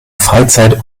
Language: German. freizeit